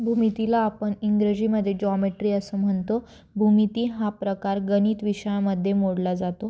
भूमितीला आपन इंग्रजीमदे जॉमेट्री असं म्हनतो भूमिती हा प्रकार गणित विषयामध्ये मोडला जातो